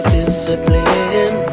discipline